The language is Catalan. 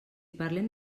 parlem